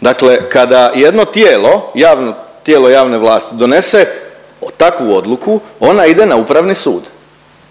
Dakle kada jedno tijelo, tijelo javne vlasti donese takvu odluku ona ide na Upravni sud